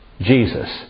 Jesus